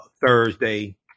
Thursday